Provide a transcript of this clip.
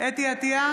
חוה אתי עטייה,